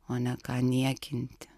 o ne ką niekinti